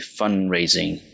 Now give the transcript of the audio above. fundraising